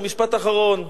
משפט אחרון.